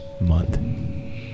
month